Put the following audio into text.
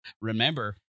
Remember